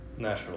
natural